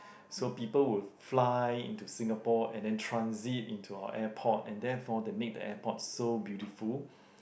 so people would fly into Singapore and then transit into our airport and that for the need the airport so beautiful